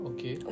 Okay